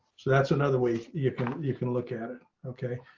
so that's another way you can you can look at it. okay.